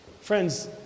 Friends